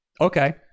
Okay